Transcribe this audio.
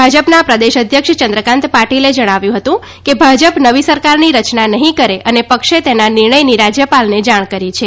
ભાજપના પ્રદેશ અધ્યક્ષ ચંદ્રકાન્ત પાટીલે જણાવ્યું હતું કે ભાજપ નવી સરકારની રચના નહિં કરે અને પક્ષે તેના નિર્ણથની રાજ્યપાલને જાણ કરી છે